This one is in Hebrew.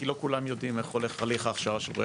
כי לא כולם יודעים איך הולך הליך ההכשרה של רואי